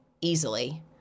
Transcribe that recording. easily